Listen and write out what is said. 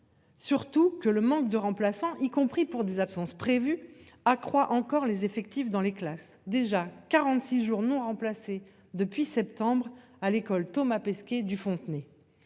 Surtout que le manque de remplaçants y compris pour des absences prévues accroît encore les effectifs dans les classes. Déjà 46 jours non remplacés depuis septembre à l'école. Thomas Pesquet du Fontenay.